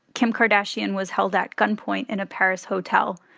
kim kardashian was held at gunpoint in a paris hotel.